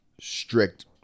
strict